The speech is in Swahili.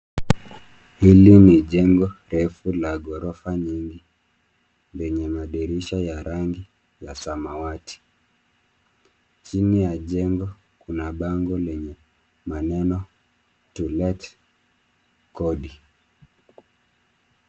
Hili ni jengo refu la ghorofa nyingi lenye madirisha ya rangi ya samawati. Chini ya jengo kuna bango lenye maneno to let kodi.